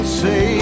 say